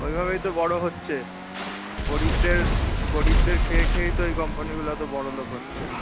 ওইভাবেই তো বড় হচ্ছে গরীবদের গরীবদের খেয়ে খেয়েই তো এই কোম্পানিগুলো এত বড়লোক হচ্ছে